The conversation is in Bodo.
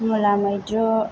मुला मैद्रु